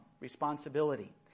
responsibility